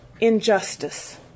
injustice